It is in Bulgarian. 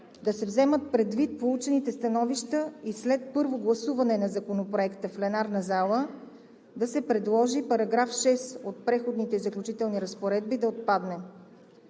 да се вземат предвид получените становища и след първо гласуване на Законопроекта в пленарната зала да се предложи § 6 от Преходните и заключителните разпоредби да отпадне.